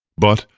but,